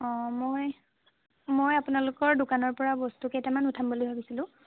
অ মই মই আপোনালোকৰ দোকানৰ পৰা বস্তু কেইটামান উঠাম বুলি ভাবিছিলোঁ